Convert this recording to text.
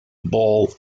ball